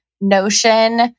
notion